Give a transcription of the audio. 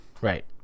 Right